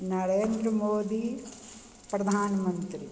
Narendra Modi Pradhan Mantri